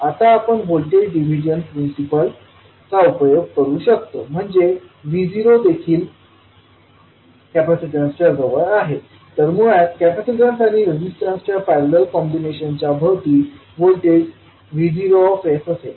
आता आपण voltage division principle चा उपयोग करू शकतो म्हणजे हे V0देखील कपॅसिटन्सच्या जवळ आहे तर मुळात कॅपॅसिटन्स आणि रेझिस्टन्सच्या पॅरलल कॉम्बिनेशच्या भोवती व्होल्टेज V0असेल